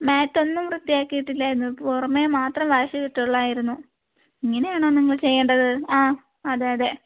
മാറ്റൊന്നും വൃത്തിയാക്കിയിട്ടില്ലായിരുന്നു പുറമെ മാത്രം വാഷ് ചെയ്തിട്ടുണ്ടായിരുന്നു ഇങ്ങനെയാണോ നിങ്ങൾ ചെയ്യേണ്ടത് ആ അതെയതെ